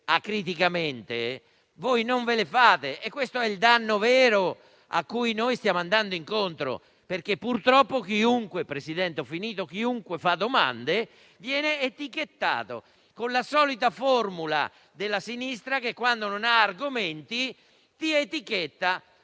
acriticamente, non ve le fate. È questo il danno vero cui stiamo andando incontro. Purtroppo, infatti, chiunque fa domande viene etichettato con la solita formula della Sinistra che quando non ha argomenti ti etichetta;